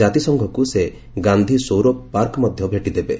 ଜାତିସଂଘକୃ ସେ ଗାନ୍ଧି ସୌର ପାର୍କ ମଧ୍ୟ ଭେଟିଦେବେ